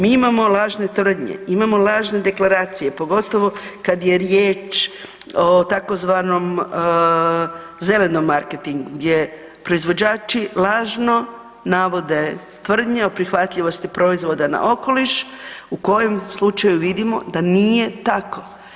Mi imamo lažne tvrdnje, imamo lažne deklaracije pogotovo kad je riječ o tzv. zelenom marketingu gdje proizvođači lažno navode tvrdnje o prihvatljivosti proizvoda na okoliš u kojem slučaju vidimo da nije tako.